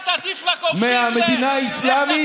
מהמדינה האסלאמית?